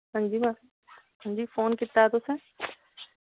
हां जी हां जी फोन कीत्ता तुसैं